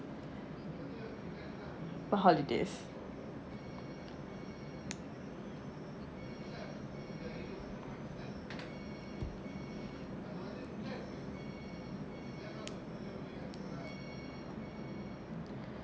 for holidays